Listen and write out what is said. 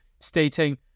stating